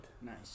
Nice